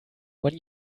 when